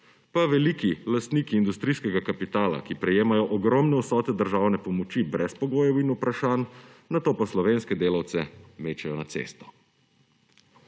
veliki lastniki industrijskega kapitala, ki prejemajo ogromne vsote državne pomoči brez pogojev in vprašanj, nato pa slovenske delavce mečejo na cesto.